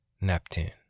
Neptune